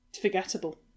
forgettable